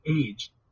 age